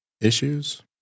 issues